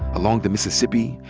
along the mississippi,